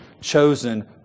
chosen